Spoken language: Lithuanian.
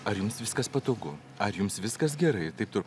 ar jums viskas patogu ar jums viskas gerai taip toliau